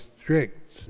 strict